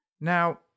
Now